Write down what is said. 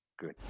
Good